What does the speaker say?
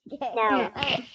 No